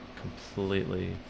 completely